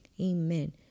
Amen